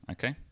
Okay